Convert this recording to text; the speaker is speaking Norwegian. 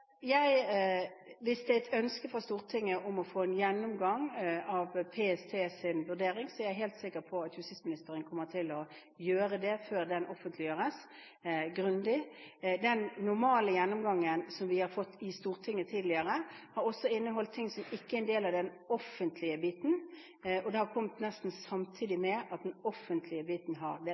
Hvis det er et ønske fra Stortinget å få en gjennomgang av PSTs vurdering, er jeg helt sikker på at justisministeren kommer til å gjøre det grundig før den offentliggjøres. Den normale gjennomgangen som vi har fått i Stortinget tidligere, har også inneholdt ting som ikke er en del av den offentlige biten, og den har kommet nesten samtidig med den offentlige biten. Det har vært nødvendig. Det